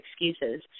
excuses